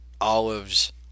olives